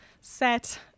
set